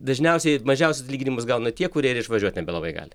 dažniausiai mažiausius atlyginimus gauna tie kurie ir išvažiuot nebelabai gali